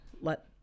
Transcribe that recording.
let